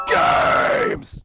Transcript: games